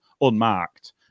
unmarked